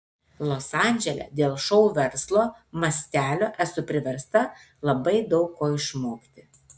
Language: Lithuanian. los andžele dėl šou verslo mastelio esu priversta labai daug ko išmokti